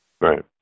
Right